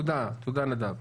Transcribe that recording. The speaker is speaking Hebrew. תודה, נדב.